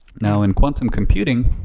now, in quantum computing,